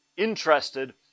interested